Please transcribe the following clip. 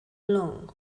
long